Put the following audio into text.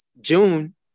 June